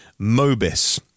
Mobis